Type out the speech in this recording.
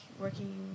working